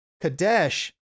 Kadesh